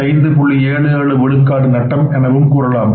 77விழுக்காடு நட்டம் எனவும் கூறலாம்